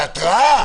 על התראה.